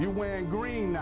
you wearing green